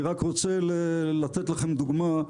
אני רק רוצה לתת לכם דוגמה,